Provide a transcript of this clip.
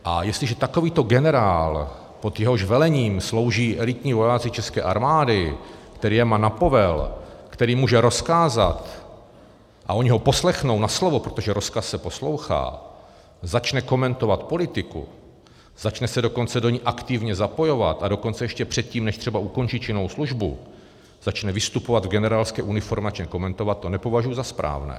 A jestliže takovýto generál, pod jehož velením slouží elitní vojáci České armády, který je má na povel, který může rozkázat, a oni ho poslechnou na slovo, protože rozkaz se poslouchá, začne komentovat politiku, začne se do ní dokonce aktivně zapojovat, a dokonce ještě předtím než ukončí činnou službu, začne vystupovat v generálské uniformě a komentovat, to nepovažuji za správné.